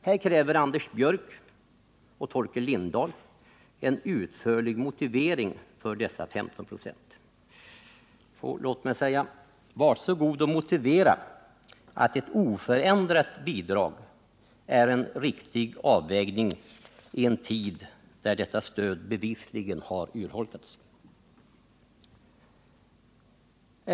Här kräver Anders Björck och Torkel Lindahl en utförlig motivering för dessa 15 26. Låt mig säga: Var så goda och motivera att ett oförändrat bidrag är en riktig avvägning i en tid när detta stöd bevisligen har urholkats!